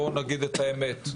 בואו נגיד את האמת.